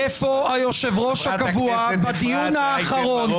איפה היושב-ראש הקבוע בדיון האחרון?